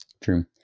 True